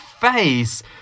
face